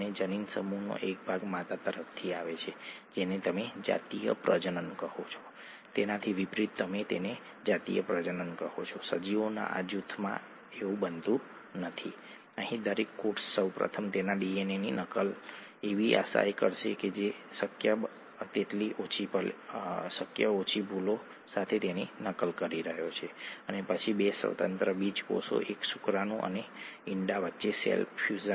અને તેથી DNA chromatin સ્વરૂપમાં અસ્તિત્વ ધરાવે છે જેને ક્રોમેટીન સ્વરૂપ કહેવામાં આવે છે જે આ ગૂંચળાવાળા સ્વરૂપ સિવાય બીજું કશું જ નથી ઠીક છે